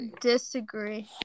disagree